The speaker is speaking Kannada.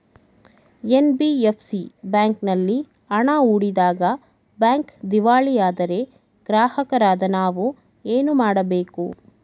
ಎನ್.ಬಿ.ಎಫ್.ಸಿ ಬ್ಯಾಂಕಿನಲ್ಲಿ ಹಣ ಹೂಡಿದಾಗ ಬ್ಯಾಂಕ್ ದಿವಾಳಿಯಾದರೆ ಗ್ರಾಹಕರಾದ ನಾವು ಏನು ಮಾಡಬೇಕು?